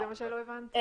זה מה שלא הבנתי.